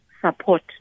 support